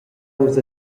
nus